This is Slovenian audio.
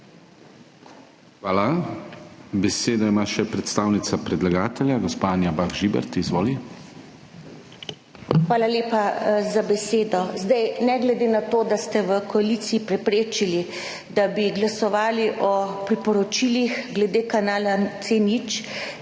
Hvala. Besedo ima še predstavnica predlagatelja, gospa Anja Bah Žibert. Izvoli. ANJA BAH ŽIBERT (PS SDS): Hvala lepa za besedo. Zdaj, ne glede na to, da ste v koaliciji preprečili, da bi glasovali o priporočilih glede kanala C0,